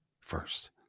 first